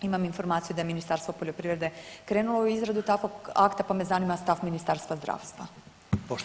Imam informaciju da je Ministarstvo poljoprivrede krenulo u izradu takvog akta, pa me zanima stav Ministarstva zdravstva.